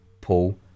Paul